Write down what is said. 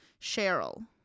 Cheryl